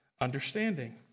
understanding